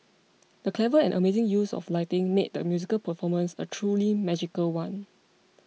the clever and amazing use of lighting made the musical performance a truly magical one